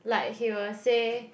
like he will say